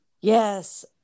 yes